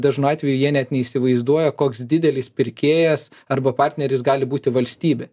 dažnu atveju jie net neįsivaizduoja koks didelis pirkėjas arba partneris gali būti valstybė